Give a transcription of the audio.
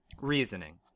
Reasoning